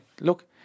look